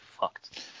fucked